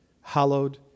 hallowed